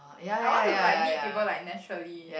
I want to like meet people like naturally